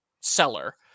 seller